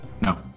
No